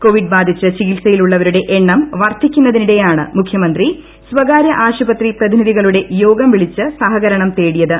Covid ബാധിച്ച് ചികിത്സയിലുള്ളവരുടെ എണ്ണം വർധിക്കുന്നതിനിടെയാണ് മുഖ്യമന്ത്രി സ്വകാര്യ ആശുപത്രി പ്രതിനിധികളുടെ യോഗം വിളിച്ച് സഹകരണം തേടിയത്